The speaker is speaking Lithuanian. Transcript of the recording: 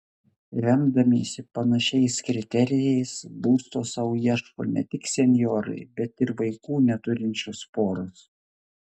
remdamiesi panašiais kriterijais būsto sau ieško ne tik senjorai bet ir vaikų neturinčios poros